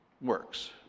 Works